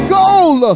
goal